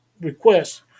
requests